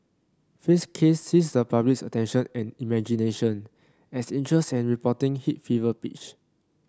fay's case seized the public's attention and imagination as interest and reporting hit fever pitch